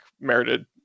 merited